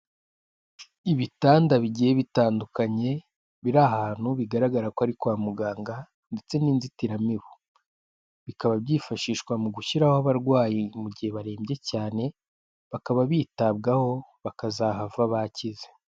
Ibitanda bigiye bitandukanye biri ahantu bigaragara ko ari kwa muganga ndetse n'inzitiramibu, bikaba byifashishwa mu gushyiraho abarwayi mu gihe barembye cyane bakaba bitabwaho bakazahava bakize.